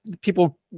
people